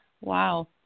wow